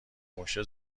موشه